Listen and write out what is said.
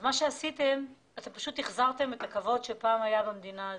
אתם החזרתם את הכבוד שפעם היה במדינה הזו.